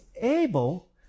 able